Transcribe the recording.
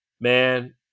Man